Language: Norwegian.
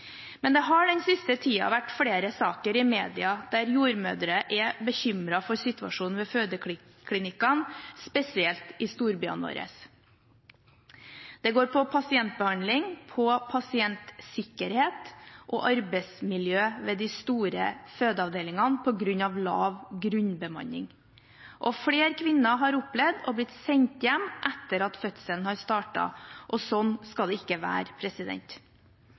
Men det har den siste tiden vært flere saker i media om jordmødre som er bekymret for situasjonen ved fødeklinikkene, spesielt i storbyene våre. Det går på pasientbehandling, pasientsikkerhet og arbeidsmiljø ved de store fødeavdelingene på grunn av lav grunnbemanning. Flere kvinner har opplevd å bli sendt hjem etter at fødselen har startet. Sånn skal det ikke være.